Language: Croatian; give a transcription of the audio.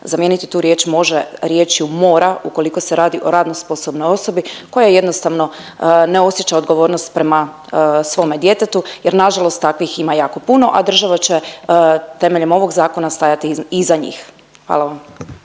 zamijeniti tu riječ „može“ riječju „mora“ ukoliko se radi o radno sposobnoj osobi koja jednostavno ne osjeća odgovornost prema svome djetetu jer nažalost takvih ima jako puno, a država će temeljem ovog zakona stajati iza njih. Hvala vam.